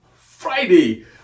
Friday